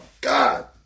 God